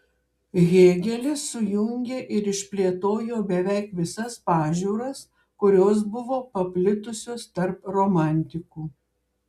hėgelis sujungė ir išplėtojo beveik visas pažiūras kurios buvo paplitusios tarp romantikų